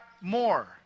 more